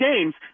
games –